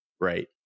right